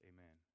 Amen